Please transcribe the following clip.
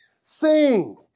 Sing